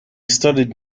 studied